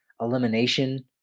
elimination